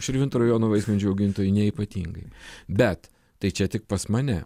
širvintų rajono vaismedžių augintojai ne ypatingai bet tai čia tik pas mane